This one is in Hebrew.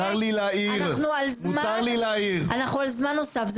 אנחנו על זמן נוסף.